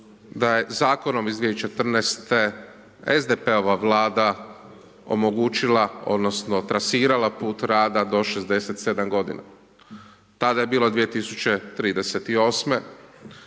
da je zakonom iz 2014. SDP-ova Vlada omogućila odnosno trasirala put rada do 67 g. Tada je bilo 2038.,